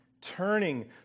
Turning